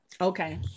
Okay